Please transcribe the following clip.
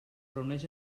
reuneix